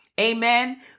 Amen